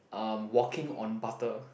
um walking on butter